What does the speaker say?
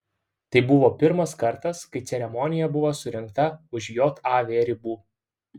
tai buvo pirmas kartas kai ceremonija buvo surengta už jav ribų